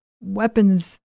weapons